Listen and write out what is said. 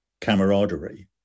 camaraderie